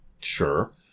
Sure